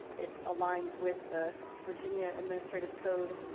it aligns with the virginia administrative code